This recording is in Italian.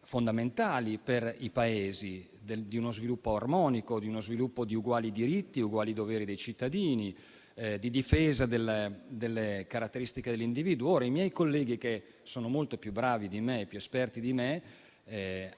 fondamentali per i Paesi, ai fini di uno sviluppo armonico, di uno sviluppo di uguali diritti e uguali doveri dei cittadini, di difesa delle caratteristiche dell'individuo. I miei colleghi, che sono molto più bravi e più esperti di me,